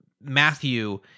Matthew